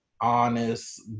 honest